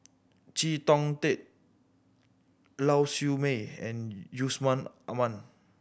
Chee Tong Tet Lau Siew Mei and Yusman Aman